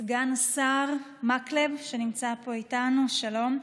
סגן השר מקלב שנמצא פה איתנו, שלום,